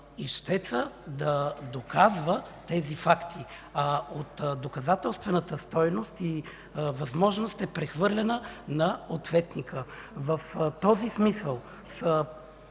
ищеца да доказва тези факти, а доказателствената стойност и възможност е прехвърлена на ответника. В този смисъл са